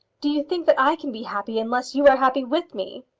do you think that i can be happy unless you are happy with me?